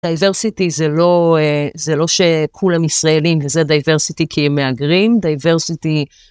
diversity זה לא שכולם ישראלים וזה diversity כי הם מהגרים. diversity